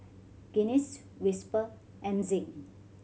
Guinness Whisper and Zinc